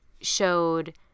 showed